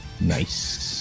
nice